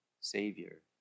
savior